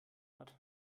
hatte